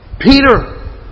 Peter